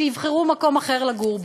שיבחרו מקום אחר לגור בו.